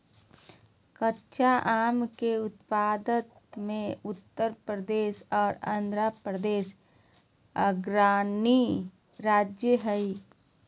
कच्चा आम के उत्पादन मे उत्तर प्रदेश आर आंध्रप्रदेश अग्रणी राज्य हय